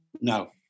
No